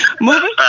moving